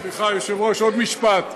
סליחה, סליחה, היושב-ראש, עוד משפט.